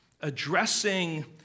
addressing